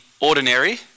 ordinary